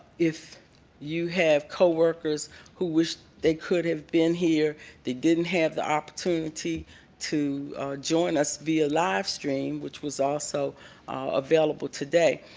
if you have coworkers who wish they could have been here that didn't have the opportunity to join us via live stream which was also available today,